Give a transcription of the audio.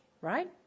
Right